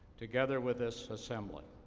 together with this assembly,